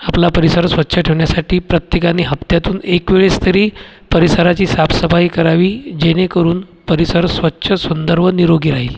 आपला परिसर स्वच्छ ठेवण्यासाठी प्रत्येकाने हप्त्यातून एकवेळेस तरी परिसराची साफसफाई करावी जेणेकरून परिसर स्वच्छ सुंदर व निरोगी राहील